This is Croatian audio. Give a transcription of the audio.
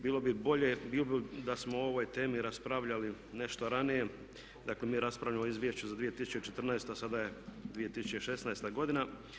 Bilo bi bolje da smo o ovoj temi raspravljali nešto ranije, dakle mi raspravljamo o Izvješću za 2014. a sada je 2016. godina.